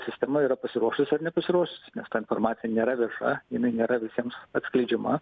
sistema yra pasiruošus ar nepasiruošusi nes ta informacija nėra vieša jinai nėra visiems atskleidžiama